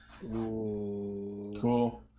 Cool